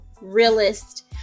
realist